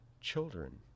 children